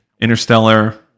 Interstellar